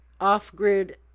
off-grid